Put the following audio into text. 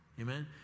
Amen